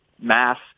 mass